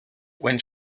when